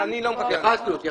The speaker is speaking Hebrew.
אנחנו